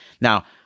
Now